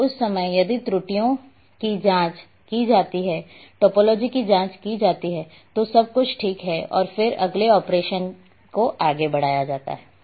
तो उस समय यदि त्रुटियों की जाँच की जाती है टोपोलॉजी की जाँच की जाती है तो सब कुछ ठीक है और फिर अगले ऑपरेशन को आगे बढ़ाया जाता है